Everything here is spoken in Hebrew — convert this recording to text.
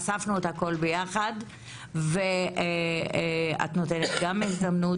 אספנו את הכל ביחד ואת נותנת גם לכולם הזדמנות